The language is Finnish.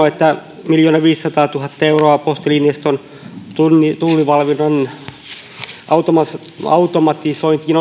että on lisätty miljoonaviisisataatuhatta euroa postilinjaston tullivalvonnan automatisointiin